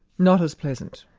not as pleasant.